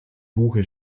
buche